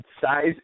Size